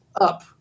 up